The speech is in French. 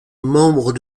membres